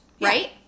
Right